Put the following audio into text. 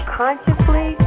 consciously